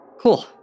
Cool